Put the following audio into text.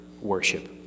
worship